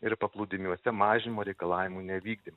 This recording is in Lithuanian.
ir paplūdimiuose mažinimo reikalavimų nevykdymą